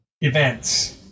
events